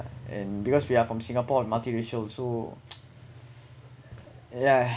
and because we are from singapore and multiracial so yeah